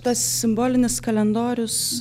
tas simbolinis kalendorius